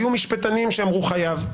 היו משפטנים שאמרו חייב.